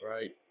Right